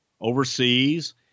overseas